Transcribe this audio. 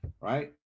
right